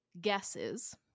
guesses